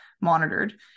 monitored